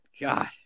God